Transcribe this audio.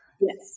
Yes